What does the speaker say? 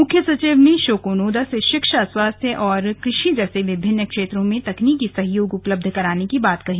मुख्य सचिव ने शोको नोदा से शिक्षा स्वास्थ्य एवं कृषि जैसे विभिन्न क्षेत्रों में तकनीकि सहयोग उपलब्ध कराने की बात कही